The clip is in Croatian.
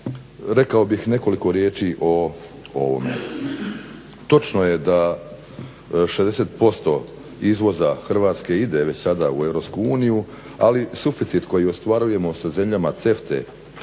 rekao bih nekoliko riječi o ovome. Točno je da 60% izvoza Hrvatske ide već sada u EU, ali suficit koji ostvarujemo sa zemljama CEFTA-e,